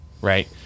Right